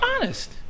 honest